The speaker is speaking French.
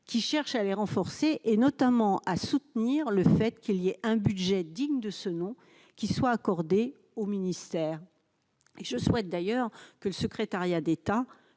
qui cherche à les renforcer et notamment à soutenir le fait qu'il y a un budget digne de ce nom, qui soient accordés au ministère et je souhaite d'ailleurs que le secrétariat d'État